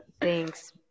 thanks